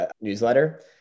newsletter